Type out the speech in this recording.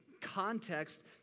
context